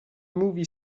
movie